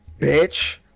bitch